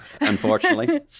unfortunately